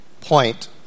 point